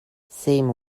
same